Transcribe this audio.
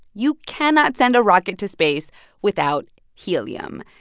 you cannot send a rocket to space without helium.